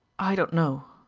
i don't know.